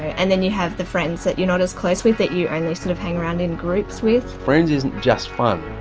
and then you have the friends that you're not as close with that you only sort of hang around in groups with. friends isn't just fun,